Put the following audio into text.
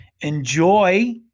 Enjoy